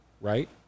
right